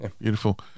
Beautiful